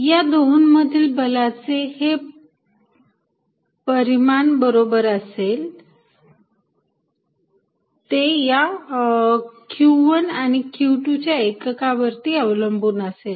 या दोघांमधील बलाचे परिमाण हे बरोबर असेल ते या q१ आणि q२ च्या एककावरती अवलंबून असेल